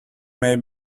may